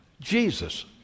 Jesus